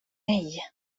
nej